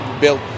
built